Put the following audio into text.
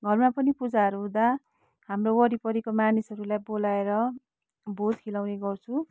घरमा पनि पूजाहरू हुँदा हाम्रो वरिपरिको मानिसहरूलाई बोलाएर भोज ख्वाउने गर्छु